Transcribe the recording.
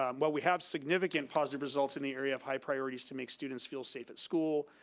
um what we have significant positive results in the area of high priorities to make students feel safe at school,